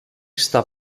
στα